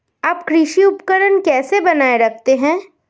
आप कृषि उपकरण कैसे बनाए रखते हैं?